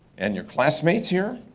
and your classmates here.